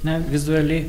na vizuali